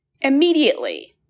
immediately